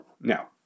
Now